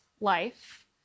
life